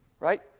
Right